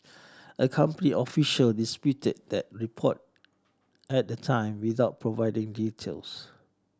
a company official disputed that report at the time without providing details